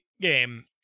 game